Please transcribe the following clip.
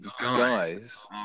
guys